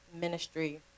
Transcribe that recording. ministry